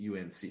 UNC